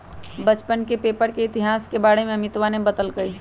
बच्चवन के पेपर के इतिहास के बारे में अमितवा ने बतल कई